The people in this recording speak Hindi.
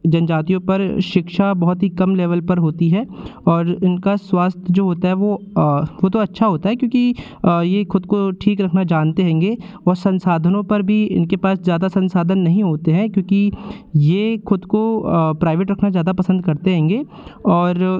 जनजातियों पर शिक्षा बहुत ही कम लेवल पर होती है और इनका स्वास्थ्य जो होता है वो वो तो अच्छा होता है क्योंकि ये ख़ुद को ठीक रखना जानते हैंगे और संसाधनों पर भी इनके पास ज़्यादा संसाधन नहीं होते हैं क्योंकि ये ख़ुद को प्राइवेट रखना ज़्यादा पसंद करते हैंगे और